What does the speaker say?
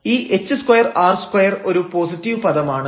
ഈ h2 r2 ഒരു positive പദമാണ്